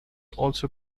also